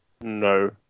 No